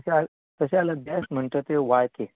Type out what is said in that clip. तशें जा तशें जाल्यार बॅस्ट म्हणटा तें वाळके